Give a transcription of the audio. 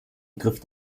griff